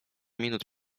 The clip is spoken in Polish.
minut